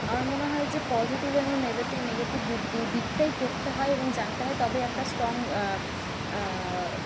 আমার মনে হয় যে পজিটিভ এবং নেগেটিভ দু দুদিকটাই পড়তে হয় এবং জানতে হয় তবে একটা স্ট্রং